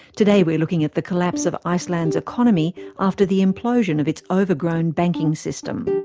today we're looking at the collapse of iceland's economy after the implosion of its overgrown banking system.